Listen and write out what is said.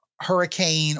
hurricane